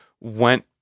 went